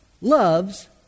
loves